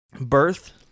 birth